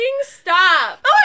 stop